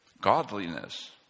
godliness